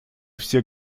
все